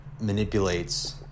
manipulates